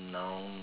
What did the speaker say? noun